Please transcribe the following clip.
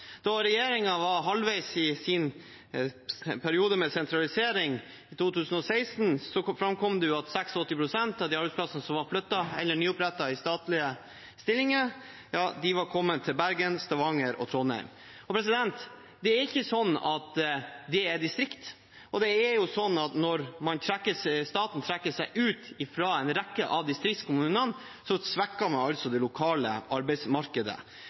Da regjeringen var halvveis i sin periode med sentralisering, i 2016, framkom det at 86 pst. av arbeidsplassene som var flyttet eller nyopprettet i statlige stillinger, var kommet til Bergen, Stavanger og Trondheim. Det er ikke sånn at det er distrikt. Når staten trekker seg ut fra en rekke av distriktskommunene, svekker man altså det lokale arbeidsmarkedet